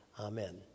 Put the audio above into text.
Amen